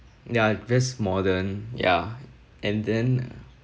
ya just modern ya and then